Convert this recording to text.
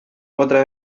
otra